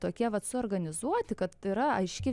tokie vat suorganizuoti kad yra aiški